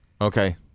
Okay